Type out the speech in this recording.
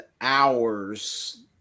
hours